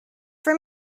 for